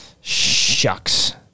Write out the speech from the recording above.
shucks